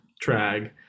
drag